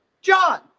John